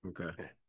Okay